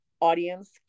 Audience